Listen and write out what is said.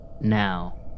Now